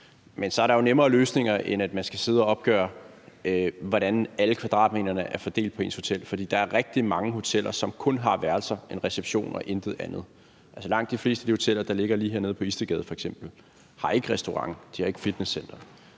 Men så er der jo nemmere løsninger, end at man skal sidde og opgøre, hvordan alle kvadratmeterne er fordelt på ens hotel. For der er rigtig mange hoteller, som kun har værelser, en reception og intet andet. Altså, langt de fleste af de hoteller, der f.eks. ligger lige hernede på Istedgade, har ikke restaurant eller fitnesscenter.